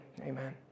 Amen